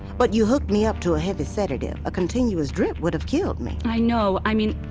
but you hooked me up to a heavy sedative. a continuous drip would've killed me i know, i mean,